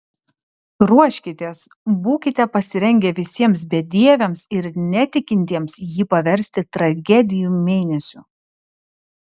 ruoškitės būkite pasirengę visiems bedieviams ir netikintiems jį paversti tragedijų mėnesiu